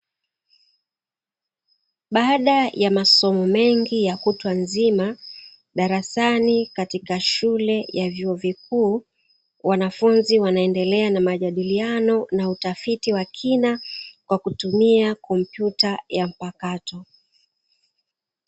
Baada ya masomo mengi ya kutwa nzima darasani katika shule ya vyuo vikuu, wanafunzi wanaendelea na majadiliano na utafiti wa kina kwa kutumia kompyuta ya mpakato.